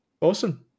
awesome